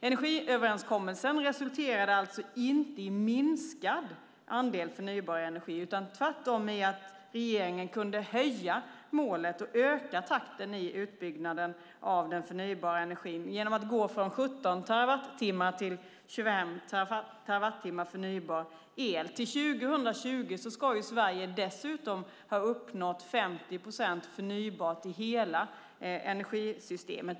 Energiöverenskommelsen resulterade alltså inte i minskad andel förnybar energi utan tvärtom i att regeringen kunde höja målet och öka takten i utbyggnaden av den förnybara energin genom att gå från 17 terawattimmar till 25 terawattimmar förnybar el. Till 2020 ska Sverige dessutom ha uppnått 50 procent förnybart i hela energisystemet.